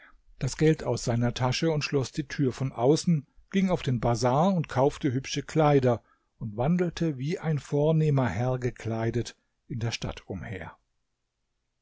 das geld aus seiner tasche schloß die tür von außen ging auf den bazar und kaufte hübsche kleider und wandelte wie ein vornehmer herr gekleidet in der stadt umher